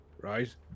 right